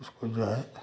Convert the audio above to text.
उसको जो है